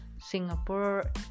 Singapore